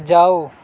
ਜਾਓ